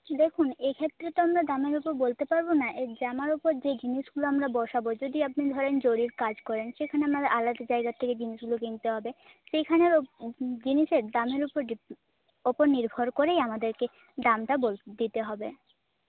দেখুন এক্ষেত্রে তো আমরা দামের ওপর বলতে পারব না এই জামার ওপর যে জিনিসগুলো আমরা বসাবো যদি আপনি ধরেন জরির কাজ করেন সেখানে আমার আলাদা জায়গার থেকে জিনিসগুলো কিনতে হবে সেইখানের জিনিসের দামের উপর ওপর নির্ভর করেই আমাদেরকে দামটা দিতে হবে